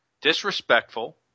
disrespectful